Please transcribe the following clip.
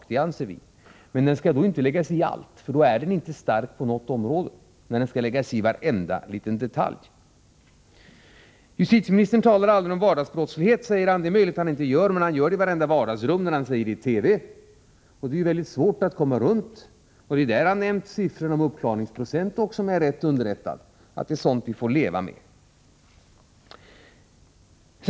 Vi anser att det skall vara så, men staten skall då inte lägga sig i allt, för staten är inte stark på något område om den lägger sig i varenda liten detalj. Justitieministern talar aldrig om vardagsbrott, säger han. Det är möjligt att han inte gör det, men han gör det ändå i vardagsrummen när han säger det i TV -— det är svårt att komma runt det. Och det är där som han har nämnt siffror om uppklaringsprocent, om jag är rätt underrättad. Det är sådant som vi får leva med, lär det ha hetat.